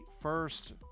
first